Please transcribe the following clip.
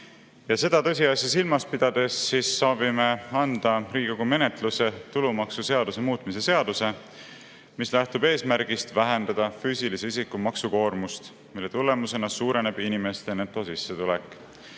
Seda tõsiasja silmas pidades soovime anda Riigikogu menetlusse tulumaksuseaduse muutmise seaduse [eelnõu], mis lähtub eesmärgist vähendada füüsilise isiku maksukoormust, mille tulemusena suureneks inimeste netosissetulek.